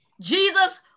Jesus